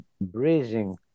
breathing